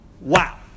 Wow